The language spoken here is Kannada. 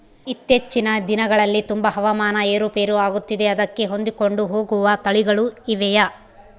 ಇತ್ತೇಚಿನ ದಿನಗಳಲ್ಲಿ ತುಂಬಾ ಹವಾಮಾನ ಏರು ಪೇರು ಆಗುತ್ತಿದೆ ಅದಕ್ಕೆ ಹೊಂದಿಕೊಂಡು ಹೋಗುವ ತಳಿಗಳು ಇವೆಯಾ?